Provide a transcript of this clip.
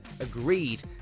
agreed